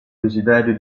desiderio